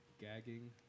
gagging